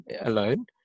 alone